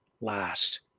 last